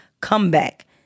comeback